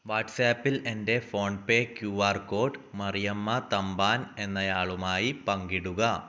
വാട്ട്സ്ആപ്പിൽ എൻ്റെ PhonePe Q R code Mariyamma Thampan എന്നയാളുമായി പങ്കിടുക